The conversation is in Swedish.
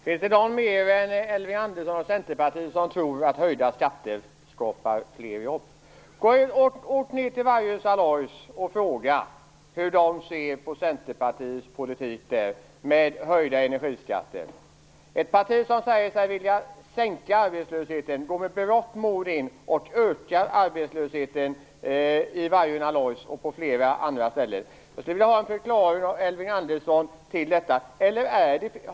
Herr talman! Finns det någon mer än Elving Andersson och Centerpartiet som tror att höjda skatter skapar fler jobb? Åk ned till Vargön Alloys och fråga hur de ser på Centerpartiets politik med höjda energiskatter. Ett parti som säger sig vilja sänka arbetslösheten går med berått mod in och ökar arbetslösheten vid Vargön Alloys och på flera andra ställen. Jag skulle vilja ha en förklaring av Elving Andersson till detta.